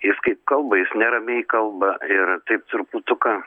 jis kaip kalba jis neramiai kalba ir taip truputuką